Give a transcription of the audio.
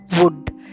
wood